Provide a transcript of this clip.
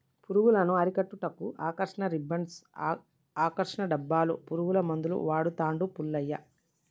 పురుగులను అరికట్టుటకు ఆకర్షణ రిబ్బన్డ్స్ను, ఆకర్షణ డబ్బాలు, పురుగుల మందులు వాడుతాండు పుల్లయ్య